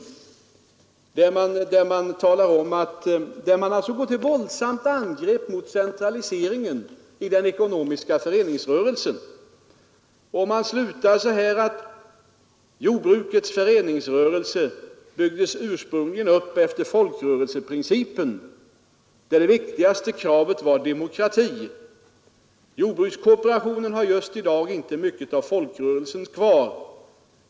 Tidskriften går till ett våldsamt angrepp mot centraliseringen i den ekonomiska föreningsrörelsen, och artikeln slutar så här: ”Jordbrukets föreningsrörelse byggdes ursprungligen upp efter folkrörelseprincipen, där det viktigaste kravet var demokrati. Jordbrukskooperationen har just i dag inte mycket av folkrörelse kvar.